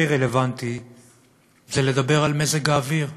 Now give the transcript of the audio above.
הכי רלוונטי זה לדבר על מזג האוויר.